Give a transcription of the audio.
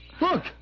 Look